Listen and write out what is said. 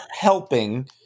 helping